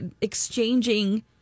exchanging